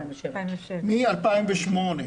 מ-2008.